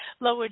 lower